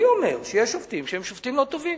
אני אומר שיש שופטים שהם שופטים לא טובים,